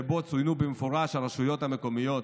שבו צוינו במפורש הרשויות המקומיות